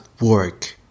work